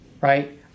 Right